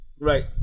Right